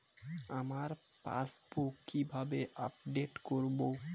আমার পাসবুক কিভাবে আপডেট করবো?